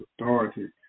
authority